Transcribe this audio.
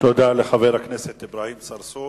תודה לחבר הכנסת אברהים צרצור.